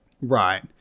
Right